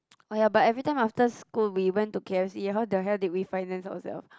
oh ya but every time after school we went to K_F_C how the hell did we finance ourself